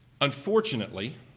Unfortunately